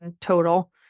total